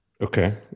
Okay